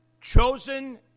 chosen